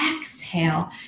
exhale